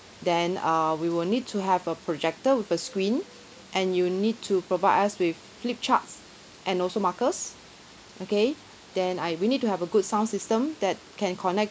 then err we will need to have a projector with a screen and you need to provide us with flip charts and also markers okay then I we need to have a good sound system that can connect